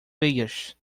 veias